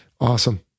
Awesome